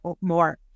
more